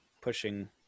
Pushing